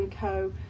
Co